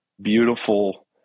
beautiful